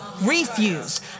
refuse